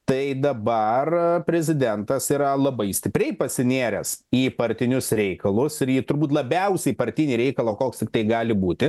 tai dabar prezidentas yra labai stipriai pasinėręs į partinius reikalus ir į turbūt labiausiai partinį reikalą koks tiktai gali būti